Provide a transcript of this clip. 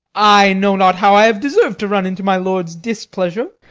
i know not how i have deserved to run into my lord's displeasure.